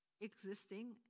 Existing